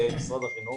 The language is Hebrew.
במשרד החינוך.